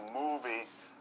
movie